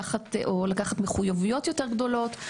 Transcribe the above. או לקחת מחויבויות יותר גדולות.